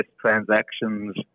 transactions